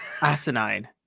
Asinine